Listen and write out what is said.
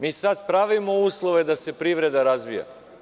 Mi sada pravimo uslove da se privreda razvija.